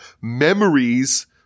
memories